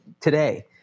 today